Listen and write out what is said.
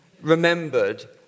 remembered